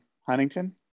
Huntington